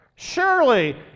Surely